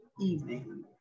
evening